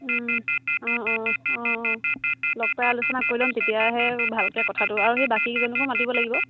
অঁ অঁ অঁ অঁ লগ পাই আলোচনা কৰি ল'ম তেতিয়াহে ভালকৈ কথাটো আৰু সেই বাকীকেইজনকো মাতিব লাগিব